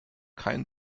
kein